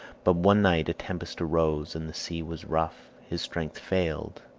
but one night a tempest arose and the sea was rough his strength failed,